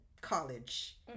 college